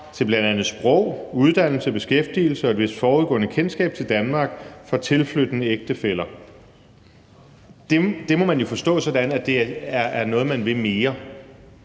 til bl.a. sprog, uddannelse, beskæftigelse og et vist forudgående kendskab til Danmark for tilflyttende ægtefæller.« Det må man jo forstå sådan, at man vil noget mere.